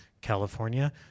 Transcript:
California